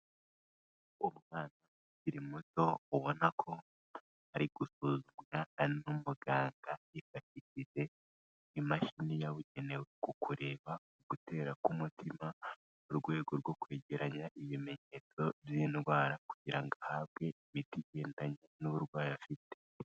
Umwana ukiri muto ubona ko ari gusuzumwa n'umuganga yifashishije imashini yabugenewe ku gutera k'umutima mu rwego rwo kwegeranya ibimenyetso by'iyi ndwara kugira ngo ahabwe imiti igendanye n'uburwayi afite.